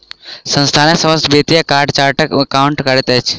संस्थानक समस्त वित्तीय कार्य चार्टर्ड अकाउंटेंट करैत अछि